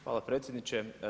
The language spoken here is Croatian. Hvala predsjedniče.